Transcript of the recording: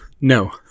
No